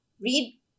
read